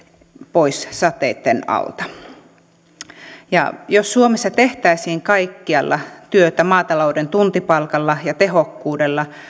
pois sateitten alta jos suomessa tehtäisiin kaikkialla työtä maatalouden tuntipalkalla ja tehokkuudella